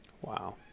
Wow